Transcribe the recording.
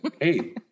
hey